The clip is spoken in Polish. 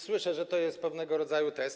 Słyszę, że to jest pewnego rodzaju test.